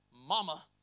mama